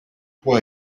può